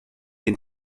den